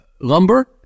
lumber